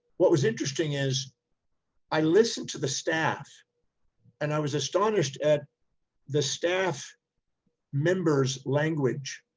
what was interesting is i listened to the staff and i was astonished at the staff member's language.